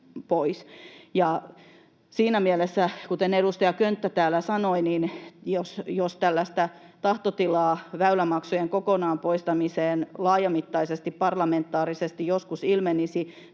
Siinä mielessä, kuten edustaja Könttä täällä sanoi, jos tällaista tahtotilaa väylämaksujen kokonaan poistamiseen laajamittaisesti parlamentaarisesti joskus ilmenisi,